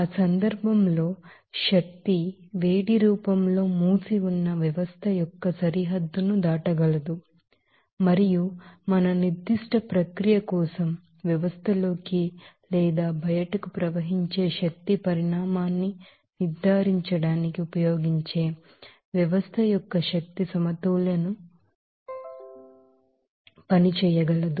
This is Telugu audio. ఆ సందర్భంలో హీట్ ఎనర్జీ రూపంలో క్లోస్డ్ సిస్టం యొక్క సరిహద్దును దాటగలదు మరియు మన నిర్దిష్ట ప్రక్రియ కోసం వ్యవస్థలోకి లేదా బయటకు ప్రవహించే శక్తి పరిమాణాన్ని నిర్ధారించడానికి ఉపయోగించే వ్యవస్థ యొక్క ఎనర్జీ బాలన్స్ ను పనిచేయగలదు